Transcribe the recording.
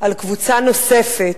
על קבוצה נוספת.